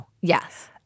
Yes